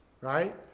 right